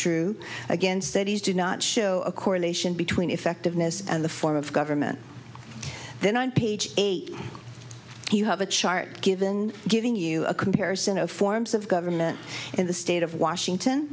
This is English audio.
true again studies do not show a correlation between effectiveness and the form of government then on page eight you have a chart given giving you a comparison of forms of government in the state of washington